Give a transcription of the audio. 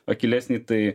akylesnį tai